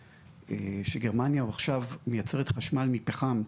שגרמניה עכשיו מייצרת חשמל מפחם,